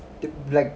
th~ like